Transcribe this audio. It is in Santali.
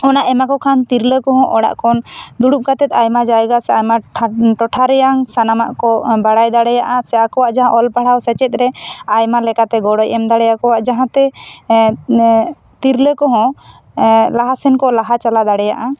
ᱚᱱᱟ ᱮᱢᱟ ᱠᱚ ᱠᱷᱟᱱ ᱛᱤᱨᱞᱟᱹ ᱠᱚᱦᱚᱸ ᱚᱲᱟᱜ ᱠᱷᱚᱱ ᱫᱩᱲᱩᱵ ᱠᱟᱛᱮᱜ ᱟᱭᱢᱟ ᱡᱟᱭᱜᱟ ᱴᱚᱴᱷᱟ ᱨᱮᱭᱟᱜ ᱥᱟᱱᱟᱢᱟᱜ ᱠᱚ ᱵᱟᱲᱟᱭ ᱫᱟᱲᱮᱭᱟᱜ ᱟ ᱥᱮ ᱟᱠᱚᱣᱟᱜ ᱡᱟᱦᱟ ᱚᱞ ᱯᱟᱲᱦᱟᱣ ᱥᱮᱪᱮᱫ ᱨᱮ ᱟᱭᱢᱟ ᱞᱮᱠᱟᱛᱮ ᱜᱚᱲᱚᱭ ᱮᱢ ᱫᱟᱲᱮᱭᱟᱠᱚᱣᱟᱭ ᱡᱟᱦᱟ ᱛᱮ ᱛᱤᱨᱞᱟᱹ ᱠᱚ ᱦᱚᱸ ᱞᱟᱦᱟ ᱥᱮᱱ ᱠᱚ ᱞᱟᱦᱟ ᱪᱟᱞᱟᱣ ᱫᱟᱲᱮᱭᱟᱜ ᱟ